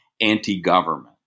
anti-government